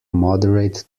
moderate